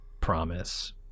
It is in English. promise